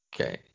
okay